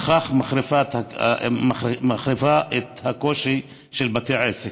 ובכך מחריפה את הקושי של בתי העסק.